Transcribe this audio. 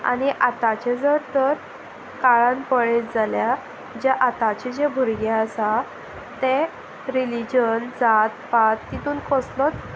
आनी आतांचे जर तर काळान पळयत जाल्यार जे आतांचे जे भुरगें आसा तें रिलीजन जात पात तातूंत कसलोच